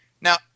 Now